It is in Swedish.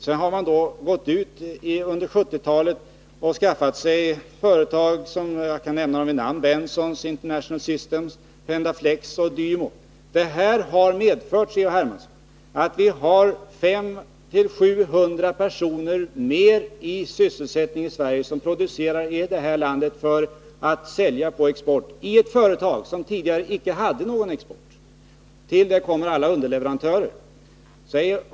Man har gått ut under 1970-talet och skaffat sig några företag, som jag kan nämna vid namn: Bensons International Systems, Pendaflex och Dymo. Detta har medfört, Carl-Henrik Hermansson, att vi har 500-700 personer fler än tidigare i sysselsättning i Sverige, som producerar i det här landet för att sälja på export —i ett företag som tidigare inte hade någon export. Till det kommer alla underleverantörer.